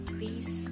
Please